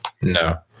No